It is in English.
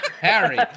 Harry